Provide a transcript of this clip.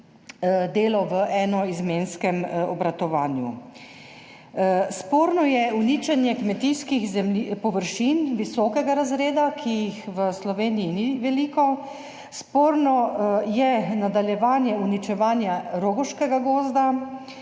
delo v enoizmenskem obratovanju. Sporno je uničenje kmetijskih površin visokega razreda, ki jih v Sloveniji ni veliko, sporno je nadaljevanje uničevanja Rogoškega gozda,